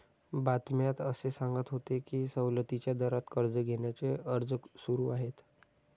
बातम्यात असे सांगत होते की सवलतीच्या दरात कर्ज घेण्याचे अर्ज सुरू आहेत